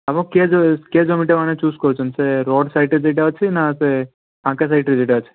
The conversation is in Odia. ଆପଣ କେଉଁ କେଉଁ ଜମିଟା ମାନେ ଚୁଜ୍ କରିଛନ୍ତି ସେ ରୋଡ୍ ସାଇଡ୍ରେ ଯେଉଁଟା ଅଛି ନା ସେ ଫାଙ୍କା ସାଇଡ୍ରେ ଯେଉଁଟା ଅଛି